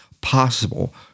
possible